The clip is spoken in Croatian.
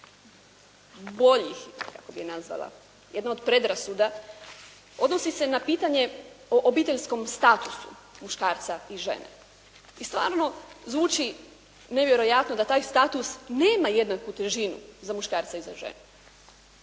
boljih kako bih nazvala, jedna od predrasuda odnosi se na pitanje o obiteljskom statusu muškarca i žene. I stvarno zvuči nevjerojatno da taj status nema jednaku težinu za muškarca i za ženu.